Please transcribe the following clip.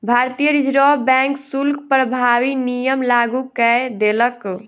भारतीय reserve bank शुल्क प्रभावी नियम लागू कय देलक